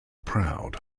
proud